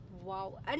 Wow